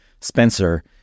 Spencer